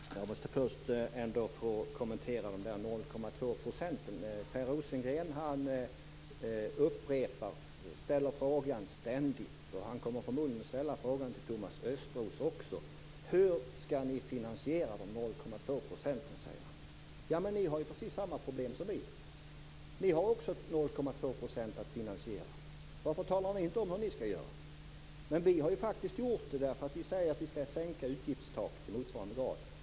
Fru talman! Jag måste först ändå få kommentera de 0,2 procenten. Per Rosengren ställer frågan ständigt, och han kommer förmodligen också att ställa frågan till Thomas Östros: Hur skall ni finansiera de Men ni har ju precis samma problem som vi. Ni har också 0,2 % att finansiera. Varför talar ni inte om vad ni skall göra? Vi har faktiskt gjort det. Vi säger att vi skall sänka utgiftstaket i motsvarande grad.